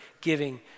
giving